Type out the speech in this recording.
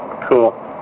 Cool